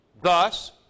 Thus